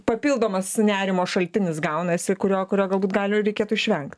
papildomas nerimo šaltinis gaunasi kurio kurio galbūt gal jo reikėtų išvengt